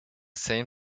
same